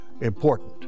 important